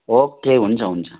okay हुन्छ हुन्छ